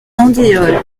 andéol